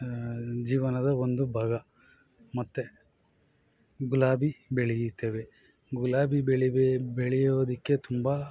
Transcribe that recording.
ಜೀವನದ ಒಂದು ಭಾಗ ಮತ್ತೆ ಗುಲಾಬಿ ಬೆಳೆಯುತ್ತೇವೆ ಗುಲಾಬಿ ಬೆಳೆಬಿ ಬೆಳೆಯೋದಕ್ಕೆ ತುಂಬ